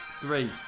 Three